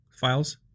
files